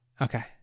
okay